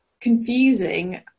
confusing